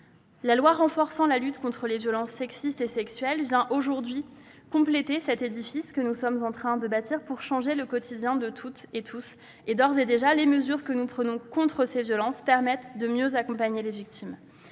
de loi renforçant la lutte contre les violences sexuelles et sexistes vient aujourd'hui compléter l'édifice que nous sommes en train de bâtir pour changer le quotidien de toutes et tous. D'ores et déjà, les mesures que nous prenons contre ces violences permettent de mieux accompagner les victimes.